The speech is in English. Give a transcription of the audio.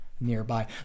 nearby